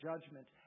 judgment